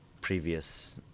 previous